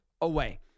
away